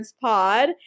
Pod